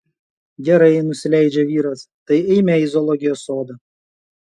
gerai nusileidžia vyras tai eime į zoologijos sodą